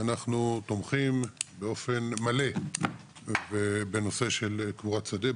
שאנחנו תומכים באופן מלא בנושא של קבורת שדה,